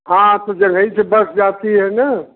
हाँ तो जंघई जो बस जाती है न